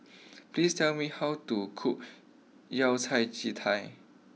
please tell me how to cook Yao Cai Ji Tai